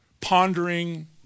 pondering